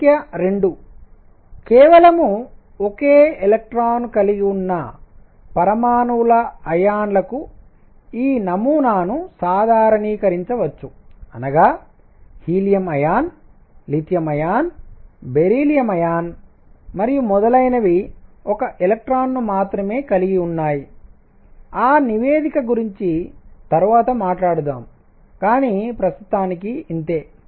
సంఖ్య 2 కేవలం ఒకే ఎలక్ట్రాన్ కలిగి ఉన్న పరమాణువుల అయాన్ల కు ఈ నమూనాను సాధారణీకరించవచ్చు అనగా He Li Be బెరీలియంమరియు మొదలైనవి ఒక ఎలక్ట్రాన్ ను మాత్రమే కలిగివున్నాయి ఆ నివేదిక గురించి తరువాత మాట్లాడుదాం కానీ ప్రస్తుతానికి ఇంతే